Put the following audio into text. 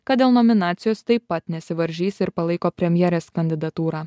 kad dėl nominacijos taip pat nesivaržys ir palaiko premjerės kandidatūrą